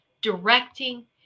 directing